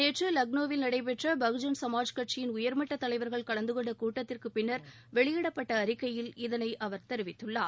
நேற்று லக்னோவில் நடைபெற்ற பகுஜன் சமாஜ் கட்சியின் உயர்மட்ட தலைவர்கள் கலந்தகொண்ட கூட்டத்திற்குப் பின்னர் வெளியிடப்பட்ட அறிக்கையில் இதனை அவர் தெரிவித்துள்ளார்